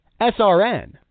SRN